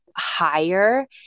higher